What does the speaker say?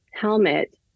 helmet